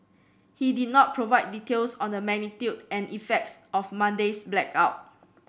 he did not provide details on the magnitude and effects of Monday's blackout